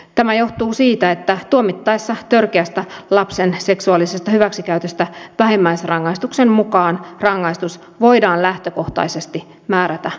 tämä johtuu siitä että tuomittaessa törkeästä lapsen seksuaalisesta hyväksikäytöstä vähimmäisrangaistuksen mukaan rangaistus voidaan lähtökohtaisesti määrätä ehdolliseksi